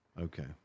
okay